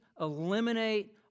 eliminate